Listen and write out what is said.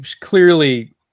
clearly